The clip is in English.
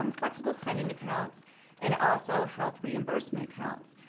um flexible spending accounts and also health reimbursement accounts.